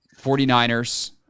49ers